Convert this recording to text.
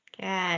Good